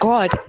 God